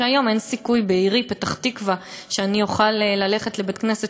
היום אין סיכוי שבעירי פתח-תקווה אני אוכל ללכת לבית-כנסת